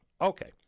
Okay